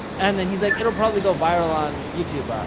and then he's like, it'll probably go viral on youtube.